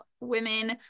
women